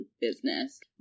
business